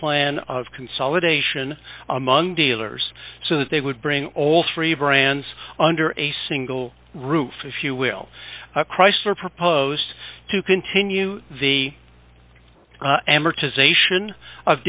plan of consolidation among dealers so that they would bring all three brands under a single roof if you will a chrysler proposed to continue the amortization of